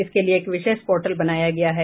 इसके लिए एक विशेष पोर्टल बनाया गया है